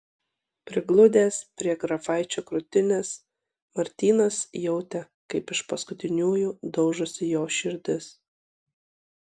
prigludęs prie grafaičio krūtinės martynas jautė kaip iš paskutiniųjų daužosi jo širdis